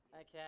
Okay